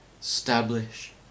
establish